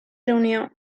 reunió